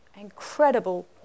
incredible